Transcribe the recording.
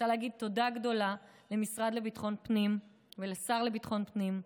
אני רוצה להגיד תודה גדולה למשרד לביטחון פנים ולשר לביטחון פנים.